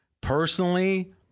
Personally